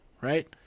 right